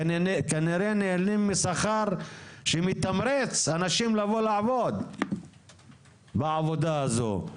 כנראה נהנים משכר שמתמרץ אנשים לבוא ולעבוד בעבודה הזו.